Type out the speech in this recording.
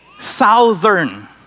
Southern